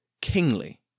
kingly